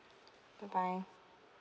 bye bye